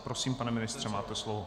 Prosím, pane ministře, máte slovo.